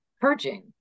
purging